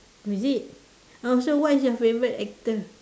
isn't oh so what's your favourite actor